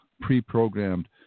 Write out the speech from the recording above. pre-programmed